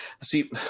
See